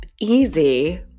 easy